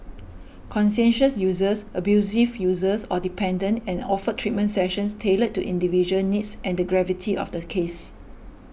conscientious users abusive users or dependent and offered treatment sessions tailored to individual needs and the gravity of the case